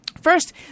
First